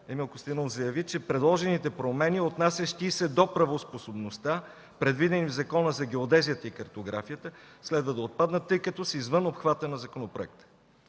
Емил Костадинов заяви, че предложените промени, отнасящи се до правоспособността, предвидени в Закона за геодезията и картографията, следва да отпаднат, тъй като са извън обхвата на законопроекта.